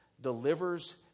delivers